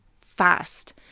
fast